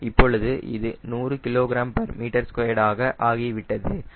இப்பொழுது இது 100 kgm2 ஆக ஆகிவிட்டது